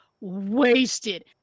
wasted